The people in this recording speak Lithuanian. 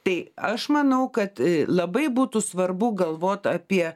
tai aš manau kad labai būtų svarbu galvot apie